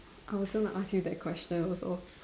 I was gonna ask you that question also